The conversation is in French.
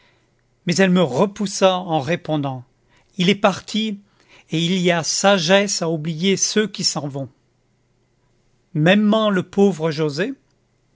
mais elle me repoussa en répondant il est parti et il y a sagesse à oublier ceux qui s'en vont mêmement le pauvre joset